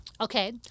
Okay